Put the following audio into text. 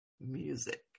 music